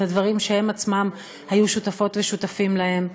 את הדברים שהם עצמם היו שותפות ושותפים להם,